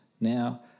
Now